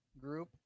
group